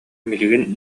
билигин